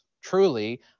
Truly